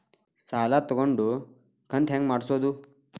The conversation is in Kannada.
ಸಾಲ ತಗೊಂಡು ಕಂತ ಹೆಂಗ್ ಮಾಡ್ಸೋದು?